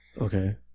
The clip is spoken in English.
Okay